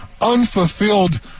unfulfilled